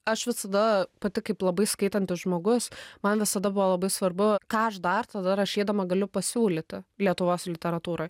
aš visada pati kaip labai skaitantis žmogus man visada buvo labai svarbu ką aš dar tada rašydama galiu pasiūlyti lietuvos literatūroj